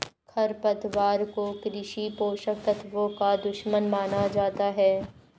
खरपतवार को कृषि पोषक तत्वों का दुश्मन माना जाता है